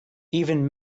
even